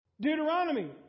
Deuteronomy